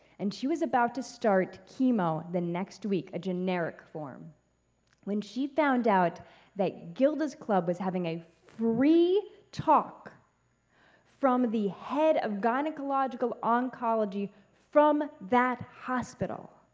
and she was about to start chemo the next week a generic form when she found out that gilda's club is having a free talk from the head of gynecological oncology from that hospital.